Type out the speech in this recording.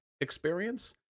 experience